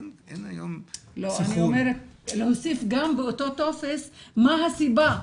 אין היום סנכרון --- אני אומרת להוסיף גם באותו טופס מה הסיבה,